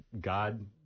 God